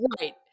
right